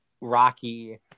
Rocky